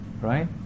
right